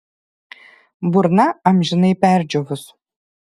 burna amžinai perdžiūvus